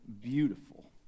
beautiful